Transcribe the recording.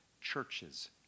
Churches